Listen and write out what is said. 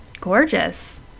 gorgeous